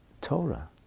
Torah